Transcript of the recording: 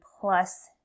plus